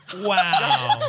Wow